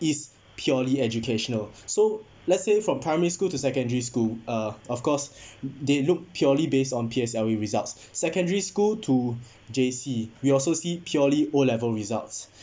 is purely educational so let's say from primary school to secondary school uh of course they look purely based on P_S_L_E results secondary school to J_C we also see purely O level results